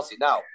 now